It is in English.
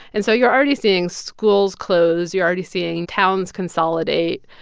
and so you're already seeing schools close. you're already seeing towns consolidate,